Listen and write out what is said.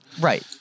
right